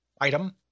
item